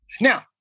Now